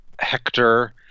Hector